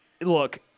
Look